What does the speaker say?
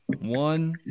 One